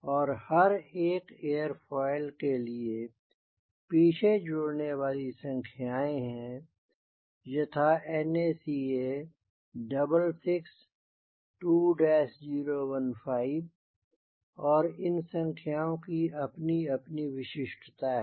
और हर एक एयरोफॉयल के लिए पीछे जुड़ने वाले संख्याएँ हैं यथा NACA 66 2 015 और इन संख्यायों की अपनी अपनी विशिष्टता है